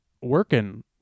working